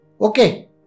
okay